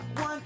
one